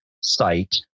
site